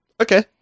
Okay